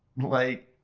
like.